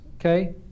okay